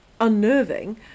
unnerving